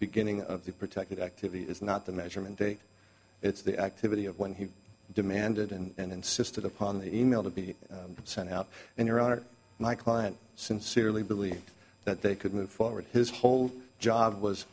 beginning of the protected activity is not the measurement date it's the activity of when he demanded and insisted upon the email to be sent out in your honor my client sincerely believed that they could move forward his whole job was